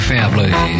Family